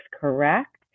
correct